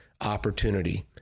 opportunity